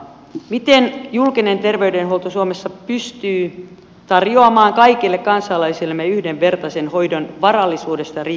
miten julkinen terveydenhuolto suomessa pystyy tarjoamaan kaikille kansalaisillemme yhdenvertaisen hoidon varallisuudesta riippumatta